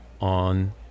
on